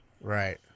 Right